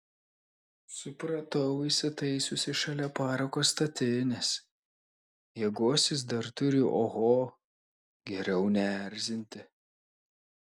supratau įsitaisiusi šalia parako statinės jėgos jis dar turi oho geriau neerzinti